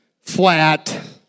flat